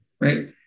right